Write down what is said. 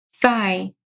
Thigh